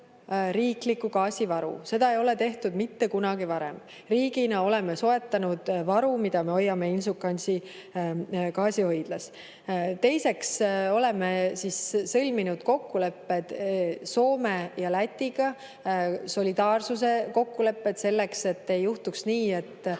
riikliku gaasivaru. Seda ei ole tehtud mitte kunagi varem. Riigina oleme soetanud varu, mida me hoiame Inčukalnsi gaasihoidlas. Teiseks oleme sõlminud kokkulepped Soome ja Lätiga. Solidaarsuse kokkulepped on selleks, et ei juhtuks nii, et,